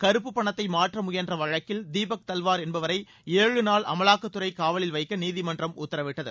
கறப்புப் பணத்தை மாற்ற முயன்ற வழக்கில் தீபக் தல்வார் என்பவரை ஏழு நாள் அமலாக்கத் துறை காவலில் வைக்க நீதிமன்றம் உத்தரவிட்டது